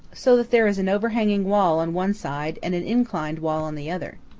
so that there is an overhanging wall on one side and an inclined wall on the other.